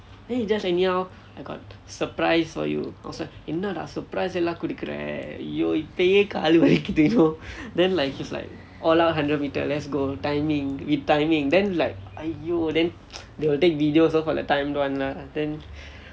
then he just anyhow I got surprise for you I was like என்ன:enna lah surprise எல்லாம் கொடுக்கிற:ellaam kodukkira !aiyo! இப்பயே காலு வலிக்குது:ippaye kaalu valikkuthu then like he is like all out hundred meters let's go timing with timing then like !aiyo! then got take videos all for the time run lah then